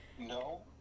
no